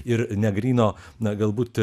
ir negryno na galbūt